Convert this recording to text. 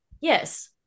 Yes